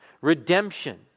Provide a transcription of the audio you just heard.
redemption